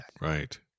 Right